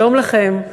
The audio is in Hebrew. שלום לכם.